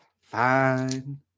Fine